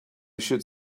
should